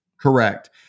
Correct